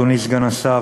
אדוני סגן שר,